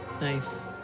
Nice